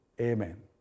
Amen